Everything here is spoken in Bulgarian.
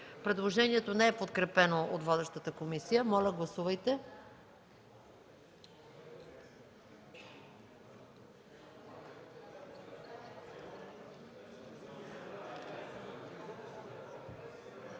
Предложението не е подкрепено от водещата комисия. Моля, колеги, гласувайте.